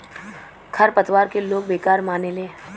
खर पतवार के लोग बेकार मानेले